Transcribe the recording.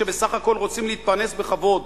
שבסך הכול רוצים להתפרנס בכבוד,